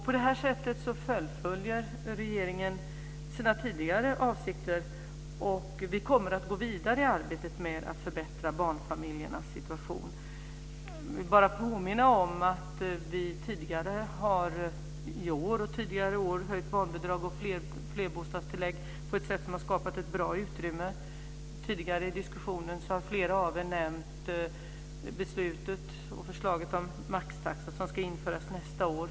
På det här sättet fullföljer regeringen sina tidigare avsikter, och vi kommer att gå vidare i arbetet med att förbättra barnfamiljernas situation. Jag vill bara påminna om att vi tidigare i år har höjt barnbidrag och flerbostadstillägg på ett sätt som har skapat ett bra utrymme. Tidigare i diskussionen nämnde flera av er maxtaxan som ska införas under nästa år.